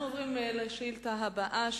אנחנו עוברים לשאילתא הבאה,